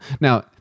now